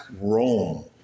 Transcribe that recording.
Rome